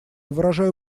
выражаю